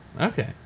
Okay